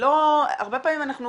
הרבה פעמים אנחנו